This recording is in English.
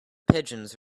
pigeons